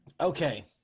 okay